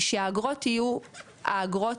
היא שהאגרות יהיו האגרות,